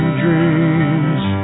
dreams